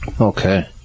okay